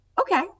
okay